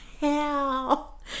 hell